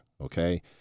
okay